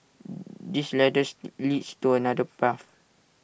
his ladders leads to another path